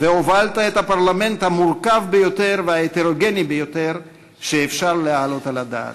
והובלת את הפרלמנט המורכב ביותר וההטרוגני ביותר שאפשר להעלות על הדעת,